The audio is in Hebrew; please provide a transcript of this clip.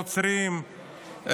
הנוצרים,